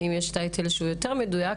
ואם יש טייטל מדויק יותר,